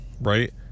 right